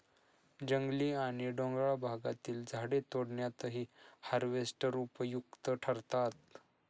जंगली आणि डोंगराळ भागातील झाडे तोडण्यातही हार्वेस्टर उपयुक्त ठरतात